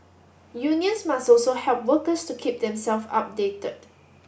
unions must also help workers to keep them self updated